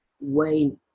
Wayne